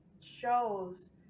shows